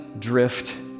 drift